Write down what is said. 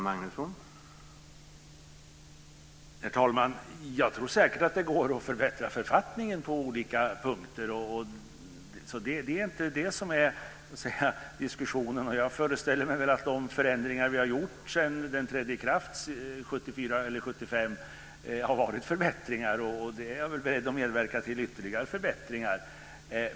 Herr talman! Jag tror säkert att det går att förbättra författningen på olika punkter. Det är inte det som diskussionen gäller. Jag föreställer mig att de förändringar som vi har gjort sedan författningen trädde i kraft 1974 eller 1975 har inneburit förbättringar. Jag är också beredd att medverka till ytterligare förbättringar.